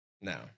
No